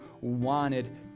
wanted